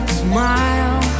smile